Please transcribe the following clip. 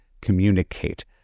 communicate